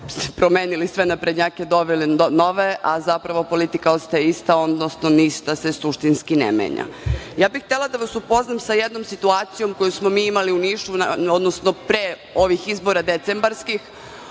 promenili sve naprednjake i doveli nove, a zapravo politika ostaje ništa, odnosno ništa se suštinski ne menja. Ja bih htela da vas upoznam sa jednom situacijom koju smo mi imali u Nišu, pre ovih decembarskih